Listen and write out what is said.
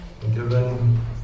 given